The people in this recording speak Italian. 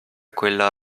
quella